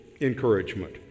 encouragement